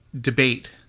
debate